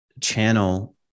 channel